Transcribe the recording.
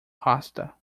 pasta